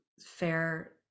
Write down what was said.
fair